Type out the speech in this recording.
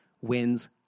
wins